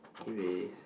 erase